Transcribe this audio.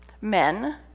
men